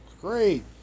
great